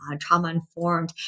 trauma-informed